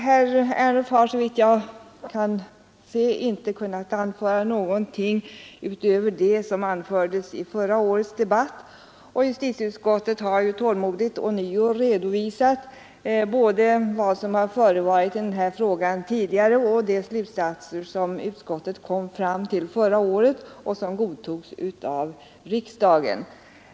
Herr Ernulf har, såvitt jag har kunnat se, inte kunnat anföra någonting utöver det som anfördes i förra årets debatt, och justitieutskottet har tålmodigt ånyo redovisat både vad som har förevarit i den här frågan tidigare och de slutsatser som utskottet kom fram till förra året och som godtogs av riksdagen.